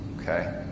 Okay